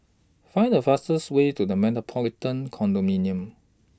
Find The fastest Way to The Metropolitan Condominium